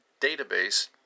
database